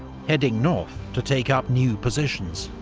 heading north to take up new positions.